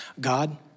God